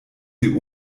sie